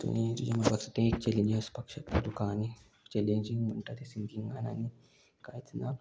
तुमी तुजें मुखार तें एक चॅलेंज आसपाक शकता तुका आनी चॅलेंजींग म्हणटा तें सिंगिंगान आनी कांयच ना